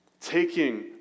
Taking